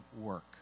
work